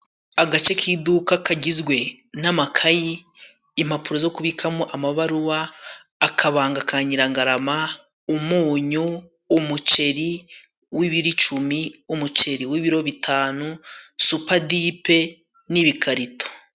Agace k'iduka kagizwe n'amakayi ,impapuro zo kubikamo amabaruwa, akabanga ka nyirangarama ,umunyu ,umuceri w'ibiricumi ,umuceri w'ibiro bitanu ,supadipe n'ibikarito.